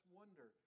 wonder